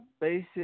basic